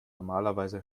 normalerweise